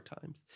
times